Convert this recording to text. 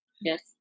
Yes